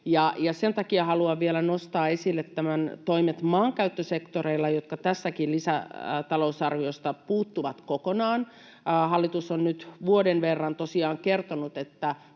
Sen takia haluan vielä nostaa esille nämä toimet maankäyttösektoreilla, jotka tästäkin lisätalousarviosta puuttuvat kokonaan. Hallitus on nyt vuoden verran tosiaan kertonut, että